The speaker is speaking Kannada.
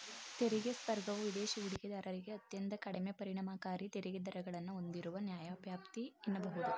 ತೆರಿಗೆ ಸ್ವರ್ಗವು ವಿದೇಶಿ ಹೂಡಿಕೆದಾರರಿಗೆ ಅತ್ಯಂತ ಕಡಿಮೆ ಪರಿಣಾಮಕಾರಿ ತೆರಿಗೆ ದರಗಳನ್ನ ಹೂಂದಿರುವ ನ್ಯಾಯವ್ಯಾಪ್ತಿ ಎನ್ನಬಹುದು